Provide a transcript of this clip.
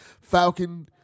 Falcon